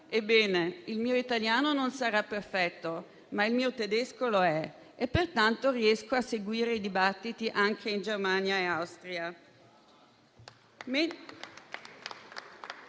Ebbene, il mio italiano non sarà perfetto, ma il mio tedesco lo è e pertanto riesco a seguire i dibattiti anche in Germania e Austria.